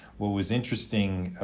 what was interesting, ah